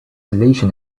elation